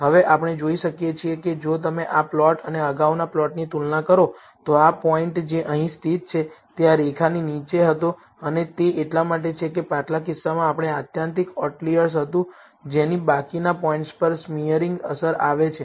હવે આપણે જોઈ શકીએ છીએ કે જો તમે આ પ્લોટ અને અગાઉના પ્લોટની તુલના કરો તો આ પોઇન્ટ જે અહીં સ્થિત છે તે આ રેખાની નીચે હતો અને તે એટલા માટે છે કે પાછલા કિસ્સામાં આપણને આત્યંતિક આઉટલિઅર હતું કે જેની બાકીના પોઇન્ટ્સ પર સ્મિઅરીંગ અસર આવે છે